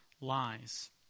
lies